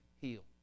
heal